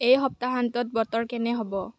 এই সপ্তাহান্তত বতৰ কেনে হ'ব